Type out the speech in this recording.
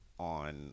on